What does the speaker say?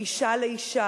"אשה לאשה",